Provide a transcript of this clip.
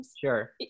Sure